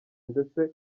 ndetse